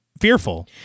fearful